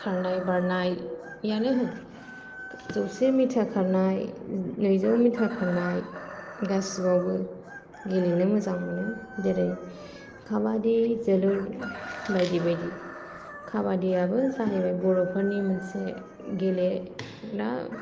खारनाय बारनायानो होन जौसे मिटार खारनाय नैजौ मिटार खारनाय गासिबावबो गेलेनो मोजां मोनो जेरै काबादि जोलुर बायदि बायदि काबादियाबो जाहैबाय बर'फोरनि मोनसे गेलेग्रा